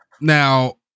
now